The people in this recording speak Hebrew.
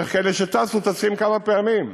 ואיך כאלה שטסו, טסים כמה פעמים.